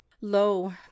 lo